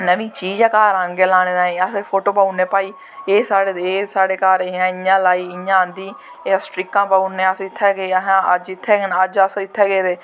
नमीं चीज गै घर आह्नगे लाने तांई असें फोटो पाई ओड़ने भाई एह् साढ़े घर इयां लाई इयां आंदी ते सट्रिकां पाई ओड़ने अस इत्थें गे अज्ज गै न अज्ज अस इत्थें गेदे